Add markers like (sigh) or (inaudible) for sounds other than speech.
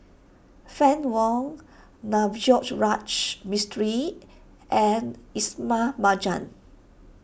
Fann Wong Navroji (unintelligible) Mistri and Ismail Marjan